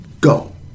go